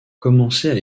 commençait